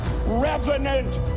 revenant